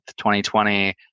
2020